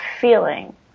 feeling